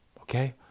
Okay